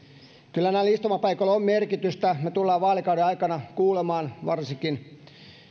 kyllä näillä istumapaikoilla on merkitystä me tulemme vaalikauden aikana kuulemaan varsinkin